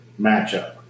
matchup